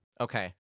Okay